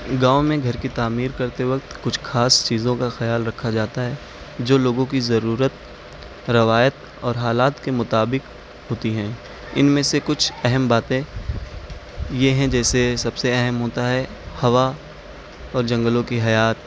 گاؤں میں گھر کی تعمیر کرتے وقت کچھ خاص چیزوں کا خیال رکھا جاتا ہے جو لوگوں کی ضرورت روایت اور حالات کے مطابق ہوتی ہیں ان میں سے کچھ اہم باتیں یہ ہیں جیسے سب سے اہم ہوتا ہے ہوا اور جنگلوں کی حیات